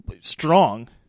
strong